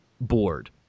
bored